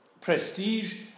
prestige